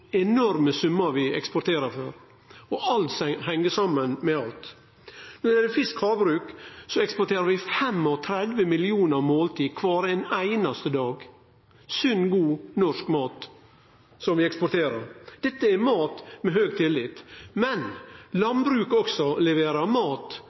enorme summar vi eksporterer for. Og alt heng saman med alt. Når det gjeld fisk og havbruk, eksporterer vi 35 millionar måltid kvar einaste dag – sunn, god norsk mat. Dette er mat med høg tillit, men